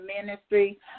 Ministry